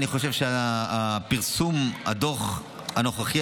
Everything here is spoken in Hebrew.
אני חושב שפרסום הדוח הנוכחי,